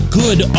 good